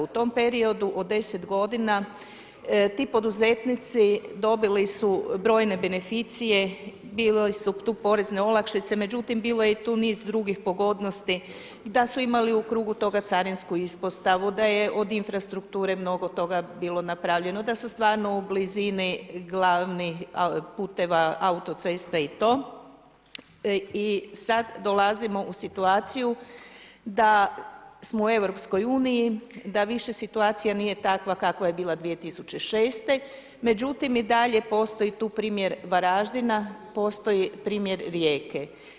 U tom periodu od 10 godina tih poduzetnici dobili su brojne beneficije, bile su tu porezne olakšice međutim bilo je tu i niz drugih pogodnosti, da su imali u krugu toga carinsku ispostavu, da je od infrastrukture mnogo toga bilo napravljeno, da su stvarno u blizini glavnih puteva autocesta i to i sad dolazimo u situaciju da smo u EU-u, da više situacija nije takva kakva je bila 2006., međutim i dalje postoji tu primjer Varaždina, postoji primjer Rijeke.